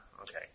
Okay